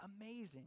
Amazing